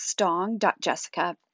stong.jessica